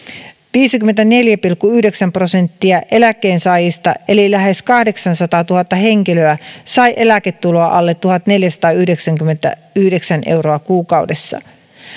viisikymmentäneljä pilkku yhdeksän prosenttia eläkkeensaajista eli lähes kahdeksansataatuhatta henkilöä sai eläketuloa alle tuhatneljäsataayhdeksänkymmentäyhdeksän euroa kuukaudessa